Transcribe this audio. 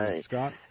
Scott